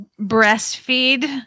breastfeed